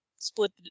Split